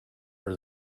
for